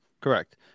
Correct